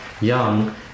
young